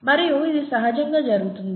మరియు ఇది సహజంగా జరుగుతుంది